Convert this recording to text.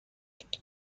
اسفناج